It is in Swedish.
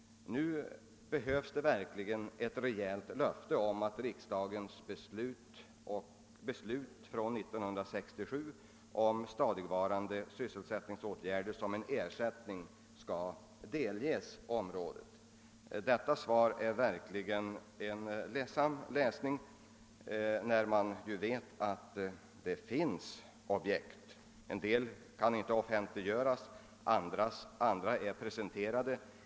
Nu behövs det verkligen ges ett besked om verkställande av riksdagens beslut från 1967 om stadigvarande << sysselsättningsåtgärder inom området som en ersättning. Det svar som jag nu fått är verkligen en ledsam läsning. Vi vet att det finns objekt och att åtskilligt kan göras. En del av dem kan inte offentliggöras nu, andra är presenterade.